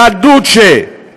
לדוצ'ה.